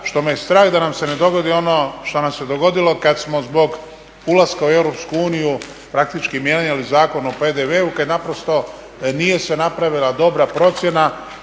što me strah da nam se ne dogodi ono što nam se dogodilo kad smo zbog ulaska u EU praktički mijenjali Zakon o PDV-u, kada naprosto nije se napravila dobra procjena